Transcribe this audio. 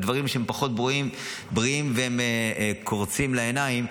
הדברים שהם פחות בריאים קורצים לעיניים,